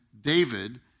David